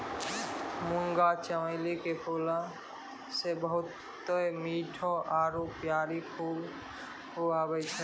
मुंगा चमेली के फूलो से बहुते मीठो आरु प्यारा खुशबु आबै छै